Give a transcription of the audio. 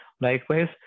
Likewise